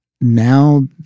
now